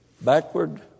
backward